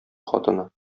хатыны